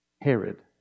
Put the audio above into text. Herod